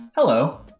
Hello